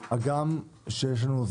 הניקוז וההגנה מפני שיטפונות (תיקון מס'...),